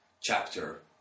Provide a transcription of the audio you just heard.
chapter